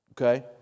Okay